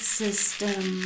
system